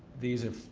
these are,